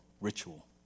ritual